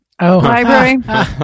library